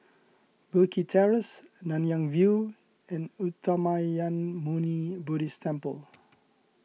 Wilkie Terrace Nanyang View and Uttamayanmuni Buddhist Temple